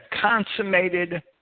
consummated